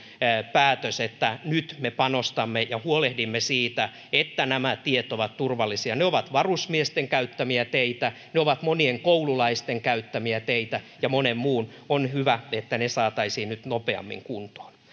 päätös että nyt me panostamme siihen ja huolehdimme siitä että nämä tiet ovat turvallisia ne ovat varusmiesten käyttämiä teitä ne ovat monien koululaisten käyttämiä teitä ja monen muun on hyvä että ne saataisiin nyt nopeammin kuntoon